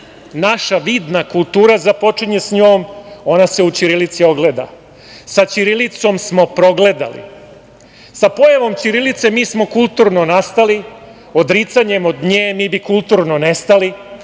Naša vidna kultura započinje s njom, ona se u ćirilici ogleda. Sa ćirilicom smo progledali. Sa pojavom ćirilice mi smo kulturno nastali, odricanjem od nje mi bi kulturno nestali,